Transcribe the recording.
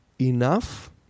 enough